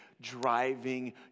driving